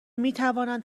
میتوانند